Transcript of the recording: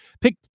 Pick